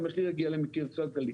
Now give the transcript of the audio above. והמחיר יגיע למחיר כלכלי.